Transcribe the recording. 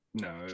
No